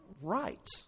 right